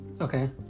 Okay